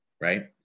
right